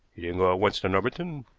you didn't go at once to norbiton?